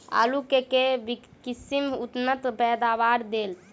आलु केँ के किसिम उन्नत पैदावार देत?